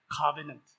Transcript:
covenant